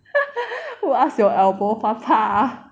who ask your elbow 啪啪